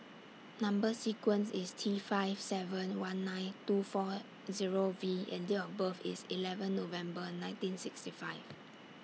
Number sequence IS T five seven one nine two four Zero V and Date of birth IS eleven November nineteen sixty five